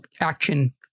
action